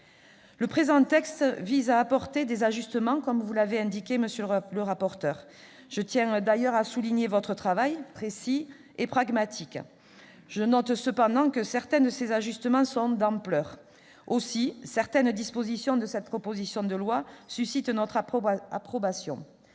Le présent texte vise à apporter des ajustements, vous l'avez indiqué, monsieur le rapporteur- je tiens d'ailleurs à souligner votre travail, précis et pragmatique. Je note toutefois que certains de ces ajustements sont d'ampleur. Aussi, plusieurs dispositions de la proposition de loi suscitent notre approbation.